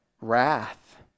wrath